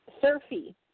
Surfy